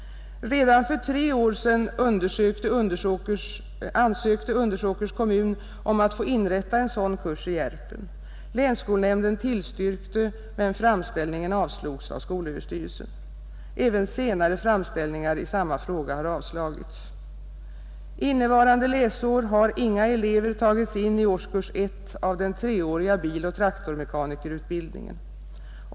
Redan för tre år sedan ansökte Undersåkers kommun om att få inrätta en sådan kurs i Järpen — länsskolnämnden tillstyrkte, men framställningen avslogs av SÖ. Även senare framställningar i samma fråga har avslagits. — Innevarande läsår har inga elever tagits in i åk 1 av den 3-åriga biloch traktormekanikerutbildningen.